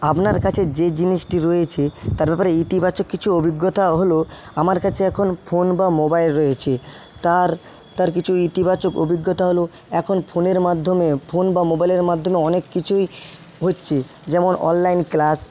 আপনার কাছে যে জিনিসটি রয়েছে তার ব্যাপারে ইতিবাচক কিছু অভিজ্ঞতা হলো আমার কাছে এখন ফোন বা মোবাইল রয়েছে তার তার কিছু ইতিবাচক অভিজ্ঞতা হলো এখন ফোনের মাধ্যমে ফোন বা মোবাইলের মাধ্যমে অনেক কিছুই হচ্ছে যেমন অনলাইন ক্লাস